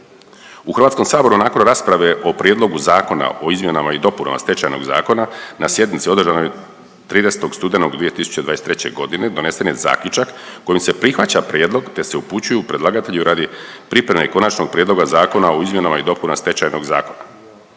članaka. U HS-u nakon rasprave o Prijedlogu zakona o izmjenama i dopunama Stečajnog zakona na sjednici održanoj 30. studenog 2023.g. donesen je zaključak kojim se prihvaća prijedlog te se upućuje predlagatelju radi pripreme Konačnog prijedloga Zakona o izmjenama i dopuna Stečajnog zakona.